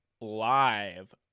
live